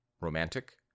romantic